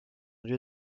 lieu